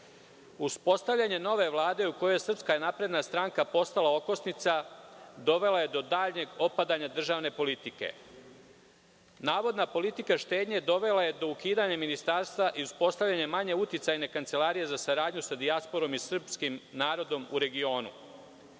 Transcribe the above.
„Uspostavljanje nove Vlade, u kojoj je SNS postala okosnica, dovelo je do daljeg opadanja državne politike. Navodna politika štednje dovela je do ukidanja ministarstva i uspostavljanja manje uticajne Kancelarije za saradnju sa dijasporom i srpskim narodom u regionu.